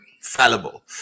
fallible